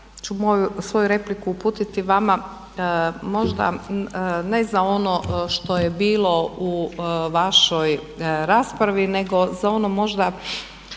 ja ću svoju repliku uputit vama možda ne za ono što je bilo u vašoj raspravi nego za ono možda